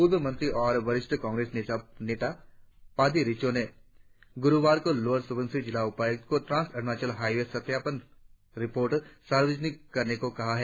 पूर्व मंत्री और वरिष्ठ कांग्रेस नेता पादी रिचो ने गुरुवार को लोअर सुबनसिरी जिला उपायुक्त को ट्रांस अरुणाचल हाईवे सत्यापन रिपोर्ट सार्वजनिक करने को कहा है